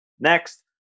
Next